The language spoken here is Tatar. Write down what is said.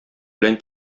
белән